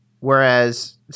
Whereas